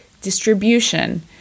distribution